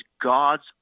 God's